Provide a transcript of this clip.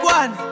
one